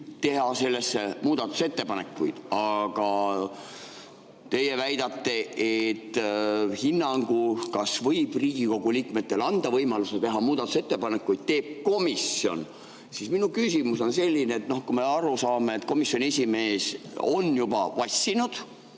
teha sellesse muudatusettepanekuid, aga teie väidate, et hinnangu, kas võib Riigikogu liikmetele anda võimaluse teha muudatusettepanekuid, langetab komisjon, siis minu küsimus on selline. Kui me saame aru, et komisjoni esimees on juba vassinud